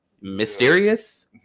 Mysterious